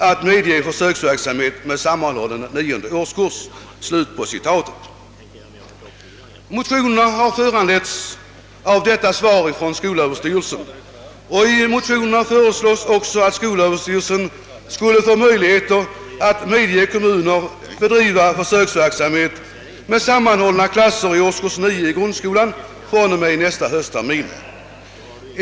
att medge försöksverksamhet med sammanhållen nionde årskurs.» Motionerna har föranletts av detta svar från SÖ, och i motionerna föreslås också att skolöverstyrelsen skulle få möjligheter att medge kommuner att bedriva försöksverksamhet med sammanhållna klasser i årskurs 9 i grundskolan från och med nästa hösttermin.